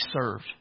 served